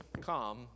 come